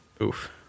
Oof